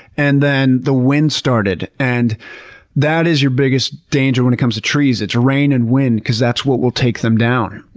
and then the wind started, and that is your biggest danger when it comes to trees, it's rain and wind, because that's what will take them down.